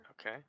Okay